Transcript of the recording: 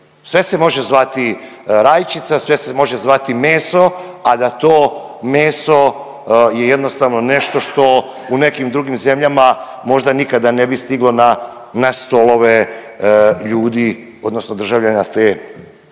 sve se može zvati rajčica, sve se može zvati meso, a da to meso je jednostavno nešto što u nekim drugim zemljama možda nikada ne bi stiglo na, na stolove ljudi odnosno državljana te, te